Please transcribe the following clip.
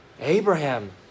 Abraham